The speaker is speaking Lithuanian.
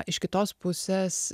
iš kitos pusės